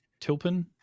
Tilpin